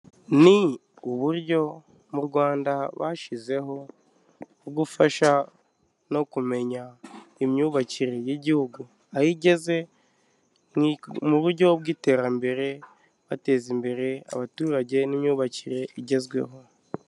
Ni uburyo mu Rwanda bashyizeho bwo gufasha no kumenya imyubakire y'igihugu, aho igeze mu buryo bw'iterambere bateza imbere abaturage n'imyubakire igezweho.